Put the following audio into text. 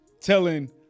telling